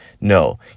No